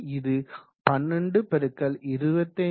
இது 12 × 25